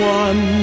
one